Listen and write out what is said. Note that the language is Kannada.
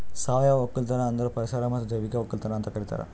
ಸಾವಯವ ಒಕ್ಕಲತನ ಅಂದುರ್ ಪರಿಸರ ಮತ್ತ್ ಜೈವಿಕ ಒಕ್ಕಲತನ ಅಂತ್ ಕರಿತಾರ್